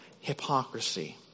hypocrisy